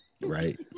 Right